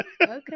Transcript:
okay